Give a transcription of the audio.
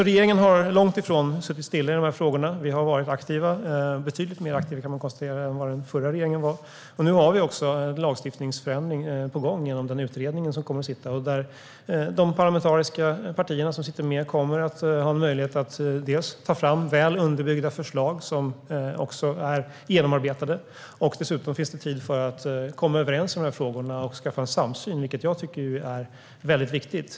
Regeringen har alltså långt ifrån suttit still i frågorna. Vi har varit aktiva - betydligt mer aktiva än den förra regeringen var, kan man konstatera. Nu har vi en lagstiftningsförändring på gång genom den utredning som är tillsatt. De parlamentariska partier som sitter med där kommer att ha möjlighet att ta fram väl underbyggda och genomarbetade förslag. Dessutom finns tid att komma överens om frågorna och skaffa en samsyn, vilket jag tycker är viktigt.